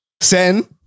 Sen